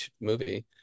movie